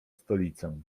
stolicę